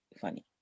funny